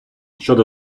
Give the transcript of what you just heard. щодо